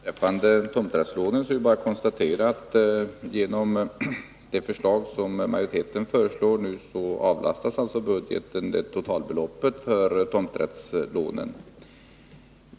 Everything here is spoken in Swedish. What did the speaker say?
Herr talman! Beträffande tomträttslånen är det bara att konstatera att genom det förslag som utskottsmajoriteten nu lägger fram avlastas pengar för tomrättslånen från budgetens totalbelopp.